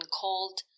called